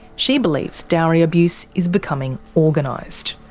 she believes dowry abuse is becoming organised.